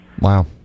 Wow